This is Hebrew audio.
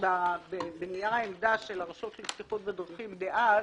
שבנייר העמדה של הרשות לבטיחות בדרכים דאז